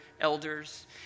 elders